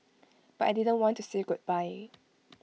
but I didn't want to say goodbye